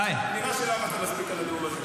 כנראה שלא עבדת מספיק על הנאום הזה.